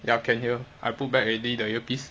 ya can hear I put back already the earpiece